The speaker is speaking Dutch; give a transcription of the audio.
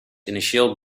initieel